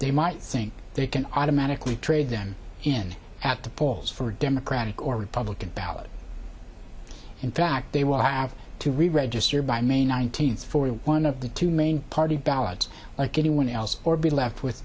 they might think they can automatically trade them in at the polls for a democratic or republican ballot in fact they will have to reregister by may nineteenth for one of the two main party ballots like anyone else or be left with